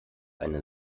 eine